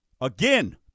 again